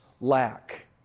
lack